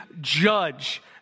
judge